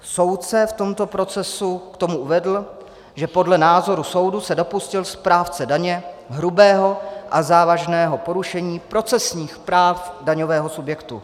Soudce v tomto procesu k tomu uvedl, že podle názoru soudu se dopustil správce daně hrubého a závažného porušení procesních práv daňového subjektu.